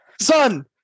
son